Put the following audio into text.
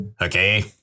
Okay